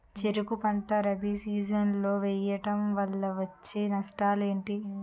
చెరుకు పంట రబీ సీజన్ లో వేయటం వల్ల వచ్చే నష్టాలు ఏంటి?